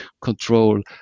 control